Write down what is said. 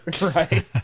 Right